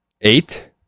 Eight